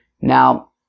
Now